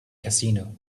casino